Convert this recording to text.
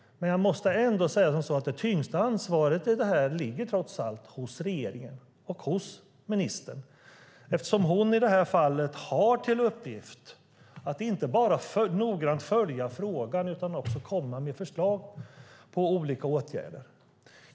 Men jag måste säga att det tyngsta ansvaret trots allt ligger hos regeringen och ministern. Hon har i det här fallet till uppgift att inte bara noggrant följa frågan utan också att komma med förslag på olika åtgärder.